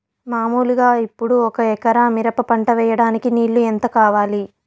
మామూలుగా ఇప్పుడు ఒక ఎకరా మిరప పంట వేయడానికి నీళ్లు ఎంత కావాలి?